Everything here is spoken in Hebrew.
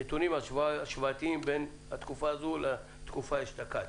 נתונים השוואתיים בין התקופה הזאת לאותה תקופה אשתקד.